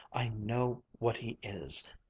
i know what he is.